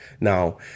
Now